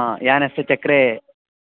आ यानस्य चक्रे